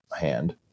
hand